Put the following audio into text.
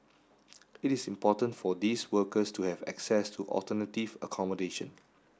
it is important for these workers to have access to alternative accommodation